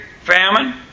famine